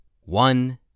One